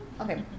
Okay